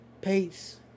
Peace